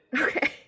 okay